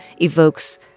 evokes